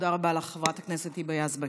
תודה רבה לך, חברת הכנסת היבה יזבק.